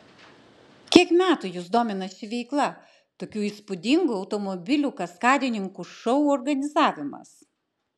kiek metų jus domina ši veikla tokių įspūdingų automobilių kaskadininkų šou organizavimas